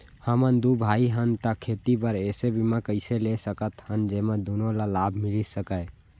हमन दू भाई हन ता खेती बर ऐसे बीमा कइसे ले सकत हन जेमा दूनो ला लाभ मिलिस सकए?